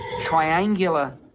triangular